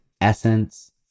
essence